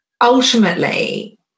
ultimately